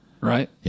Right